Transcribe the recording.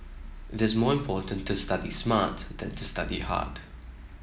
it is more important to study smart than to study hard